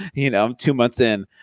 you know two months in.